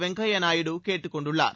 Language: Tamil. வெங்கையா நாயுடு கேட்டுக் கொண்டுள்ளார்